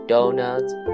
Donuts